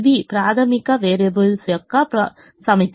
XB ప్రాథమిక variables యొక్క సమితి